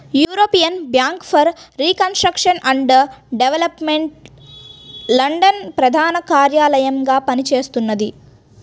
European Bank for Reconstruction and Development London ప్రధాన కార్యాలయంగా పనిచేస్తున్నది